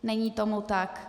Není tomu tak.